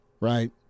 right